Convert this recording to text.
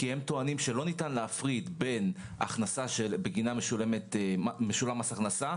כי הם טוענים שלא ניתן להפריד בין הכנסה שבגינה משולם מס הכנסה,